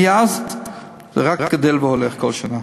ומאז זה רק גדל והולך כל שנה.